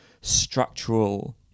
structural